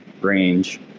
range